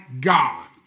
God